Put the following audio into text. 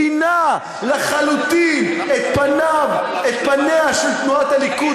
שינה לחלוטין את פניה של תנועת הליכוד,